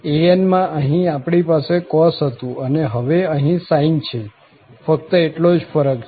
an માં અહીં આપણી પાસે cos હતું અને હવે અહીં sineછે ફક્ત એટલો જ ફરક છે